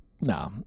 no